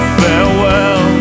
farewell